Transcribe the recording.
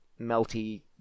melty